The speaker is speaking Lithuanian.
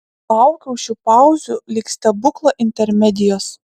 laukiau šių pauzių lyg stebuklo intermedijos